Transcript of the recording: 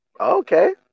Okay